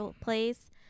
place